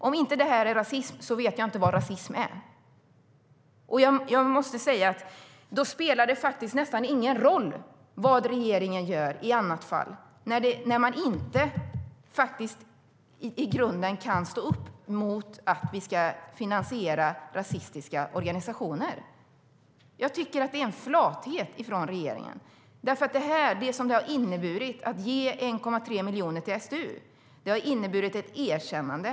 Om inte detta är rasism vet jag inte vad rasism är. Att ge 1,3 miljoner till SDU har inneburit ett erkännande.